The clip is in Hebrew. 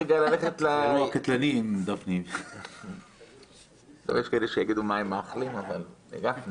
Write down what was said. אירוע קטלני אם גפני --- יש כאלה שיגידו מה הם מאחלים לגפני.